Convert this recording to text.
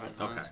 Okay